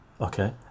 okay